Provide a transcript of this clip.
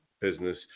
business